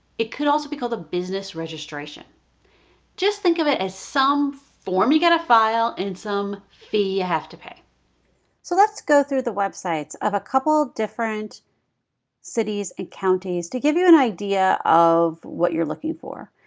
it could also be called a business registration just think of it as some form you gotta file and some fee you have to pay so let's go through the websites of a couple different cities and counties to give you an idea of what you're looking for.